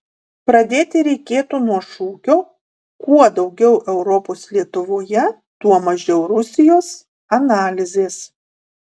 pradėti reikėtų nuo šūkio kuo daugiau europos lietuvoje tuo mažiau rusijos analizės